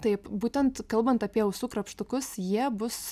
taip būtent kalbant apie ausų krapštukus jie bus